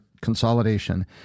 consolidation